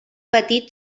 petit